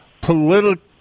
political